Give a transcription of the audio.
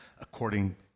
according